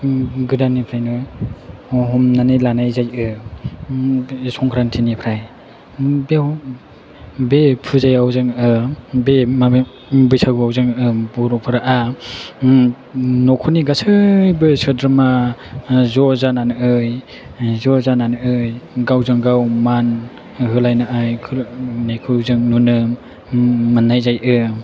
गोदाननिफ्रायनो हमनानै लानाय जायो संक्रान्तिनिफ्राय बेयाव बे फुजायाव जोङो बे माबायाव बैसागुआव जोङो बर'फोरा न'खरनि गासैबो सोद्रोमा ज' जानानै गावजों गाव मान होलायनायखौ जों नुनो मोननाय जायो